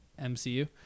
MCU